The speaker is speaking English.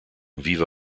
viva